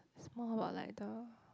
it's more about like the